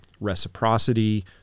reciprocity